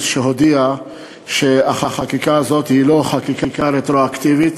שהודיע שהחקיקה הזאת היא לא חקיקה רטרואקטיבית,